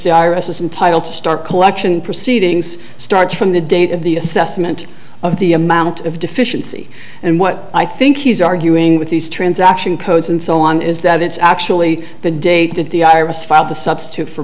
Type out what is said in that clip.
the i r s entitle to start collection proceedings starts from the date of the assessment of the amount of deficiency and what i think he's arguing with these transaction codes and so on is that it's actually the date that the iris filed the substitute for